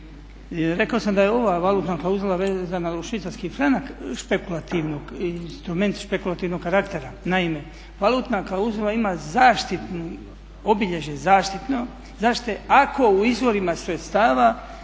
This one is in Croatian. Rekao sam da je ova valutna klauzula vezana uz švicarski franak špekulativnog, instrument špekulativnog karaktera. Naime, valutna klauzula ima zaštitnu, obilježje zaštite ako u izvorima sredstava